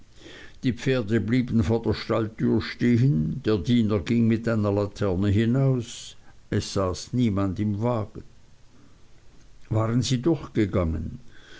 die pferde blieben vor der stalltür stehen der diener ging mit einer laterne hinaus es saß niemand im wagen waren sie